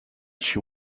she